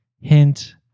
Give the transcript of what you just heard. hint